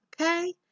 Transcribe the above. okay